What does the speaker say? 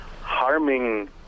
harming